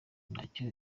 ntacyo